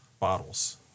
Bottles